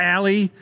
Alley